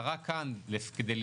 לכן השוק עושה את שלו,